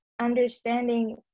understanding